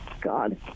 god